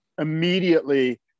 immediately